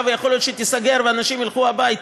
ויכול להיות שהיא תיסגר ואנשים ילכו הביתה.